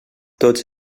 tots